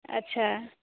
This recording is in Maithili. अच्छा